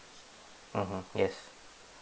mmhmm yes